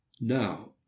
now